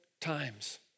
times